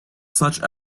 such